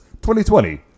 2020